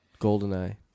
Goldeneye